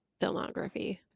filmography